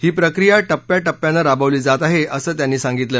ही प्रक्रिया टप्प्याटप्प्यानं राबवली जात आहे असं त्यांनी सांगितलं